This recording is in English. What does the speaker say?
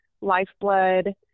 lifeblood